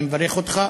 אני מברך אותך,